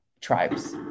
tribes